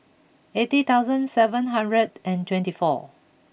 eighty thousand seven hundred and twenty four